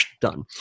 done